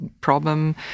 problem